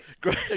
Great